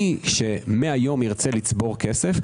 מי שמהיום ירצה לצבור כסף,